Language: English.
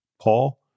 Paul